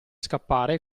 scappare